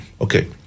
Okay